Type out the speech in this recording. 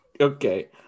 okay